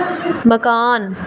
मकान